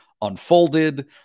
unfolded